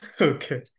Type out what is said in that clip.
Okay